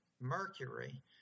mercury